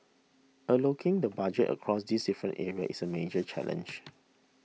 allocating the budget across these different areas is a major challenge